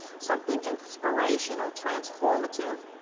something inspirational, transformative,